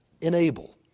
Enable